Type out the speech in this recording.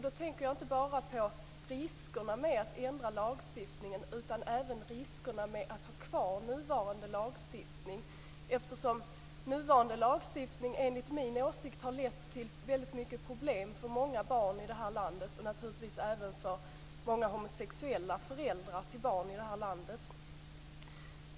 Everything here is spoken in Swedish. Då tänker jag inte bara på riskerna med att ändra lagstiftningen utan även på riskerna med att ha kvar nuvarande lagstiftning, eftersom den enligt min åsikt har lett till väldigt mycket problem för många barn och homosexuella föräldrar i det här landet.